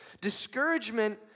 Discouragement